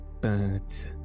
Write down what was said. birds